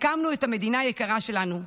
הקמנו את המדינה היקרה שלנו,